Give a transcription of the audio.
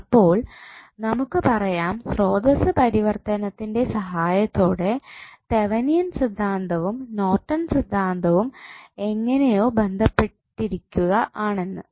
അപ്പോൾ നമുക്ക് പറയാം സ്രോതസ്സ് പരിവർത്തനത്തിൻ്റെ സഹായത്തോടെ തെവനിയൻ സിദ്ധാന്തവും നോർട്ടൺ സിദ്ധാന്തവും എങ്ങനെയോ ബന്ധപ്പെട്ടിരിക്കുക ആണെന്ന്